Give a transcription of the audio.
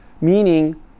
meaning